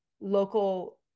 Local